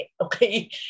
Okay